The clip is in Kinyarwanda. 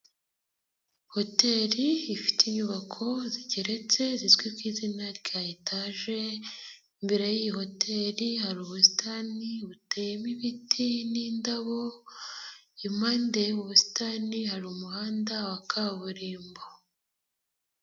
Hoteli ifite inyubako zigeretse zizwi ku izina rya etaje, imbere y'iyi hoteli hari ubusitani buteyemo ibiti n'indabo, impande y'ubu busitani hari umuhanda wa kaburimbo.